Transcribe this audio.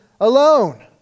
alone